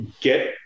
get